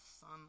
son